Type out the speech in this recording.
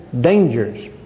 dangers